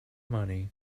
money